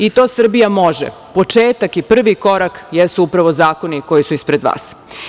I to Srbija može, početak i prvi korak jesu upravo zakoni koji su ispred vas.